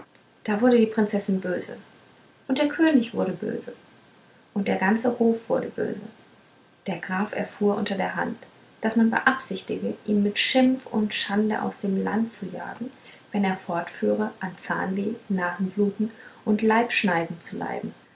da wurde die prinzessin böse und der könig wurde böse und der ganze hof wurde böse der graf erfuhr unter der hand daß man beabsichtige ihn mit schimpf und schande aus dem lande zu jagen wenn er fortführe an zahnweh nasenbluten und leibschneiden zu leiden